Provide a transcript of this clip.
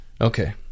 Okay